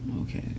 okay